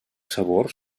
sabors